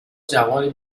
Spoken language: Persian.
جوانی